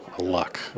luck